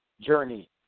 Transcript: journey